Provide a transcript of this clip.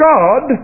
God